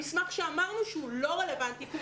המסמך שאמרנו שהוא לא רלוונטי כי הוא